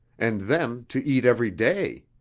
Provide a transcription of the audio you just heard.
and then to eat every day.